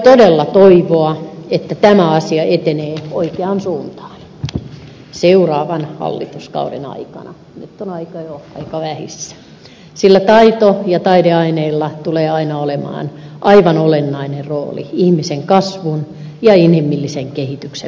voi todella toivoa että tämä asia etenee oikeaan suuntaan seuraavan hallituskauden aikana nyt on aika jo aika vähissä sillä taito ja taideaineilla tulee aina olemaan aivan olennainen rooli ihmisen kasvun ja inhimillisen kehityksen perustana